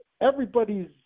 everybody's